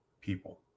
people